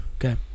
Okay